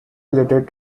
related